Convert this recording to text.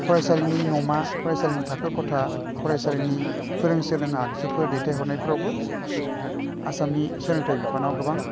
फरायसालिनि न'मा फरायसालिनि थाखो खथा फरायसालिनि फोरों सोलों आगजुफोर दैथाइ हरनायफ्रावबो आसामनि सोलोंथाइ बिफानाव गोबां